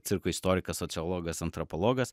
cirko istorikas sociologas antropologas